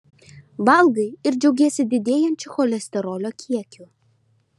valgai ir džiaugiesi didėjančiu cholesterolio kiekiu